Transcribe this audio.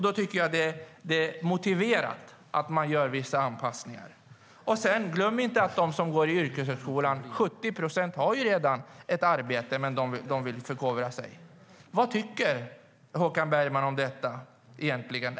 Då tycker jag att det är motiverat att man gör vissa anpassningar. Glöm inte att 70 procent av dem som går i yrkeshögskolan redan har ett arbete men vill förkovra sig. Vad tycker Håkan Bergman om detta egentligen?